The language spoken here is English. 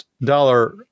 dollar